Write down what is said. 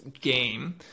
game